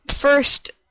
first